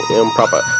improper